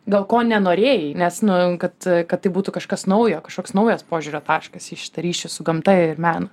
gal ko nenorėjai nes nu kad kad tai būtų kažkas naujo kažkoks naujas požiūrio taškas į šitą ryšį su gamta ir menu